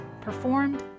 performed